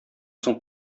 соң